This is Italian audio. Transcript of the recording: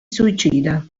suicida